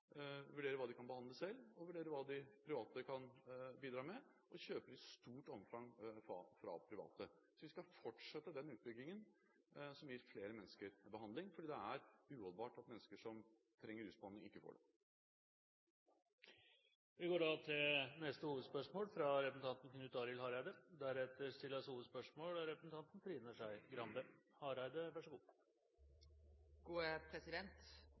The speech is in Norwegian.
i stort omfang fra private. Så vi skal fortsette denne utbyggingen, som gir flere mennesker behandling, for det er uholdbart at mennesker som trenger rusbehandling, ikke får det. Vi går videre til neste hovedspørsmål.